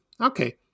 Okay